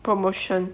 promotion